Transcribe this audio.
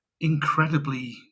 incredibly